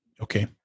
Okay